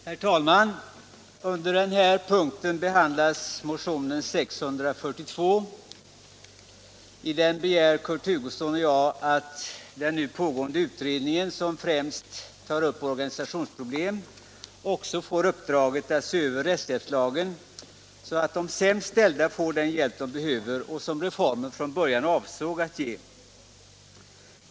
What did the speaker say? Herr talman! Under punkten 1 behandlas motionen 1976/77:642. I den motionen begär Kurt Hugosson och jag att den nu pågående utredningen, som främst tar upp organisationsproblem, också skall få uppdraget att se över rättshjälpslagen så att de sämst ställda får den hjälp som de behöver och som reformen från början avsåg att ge.